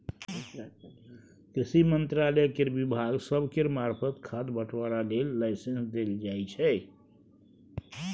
कृषि मंत्रालय केर विभाग सब केर मार्फत खाद बंटवारा लेल लाइसेंस देल जाइ छै